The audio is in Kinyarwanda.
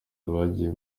abagiye